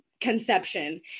conception